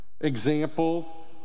example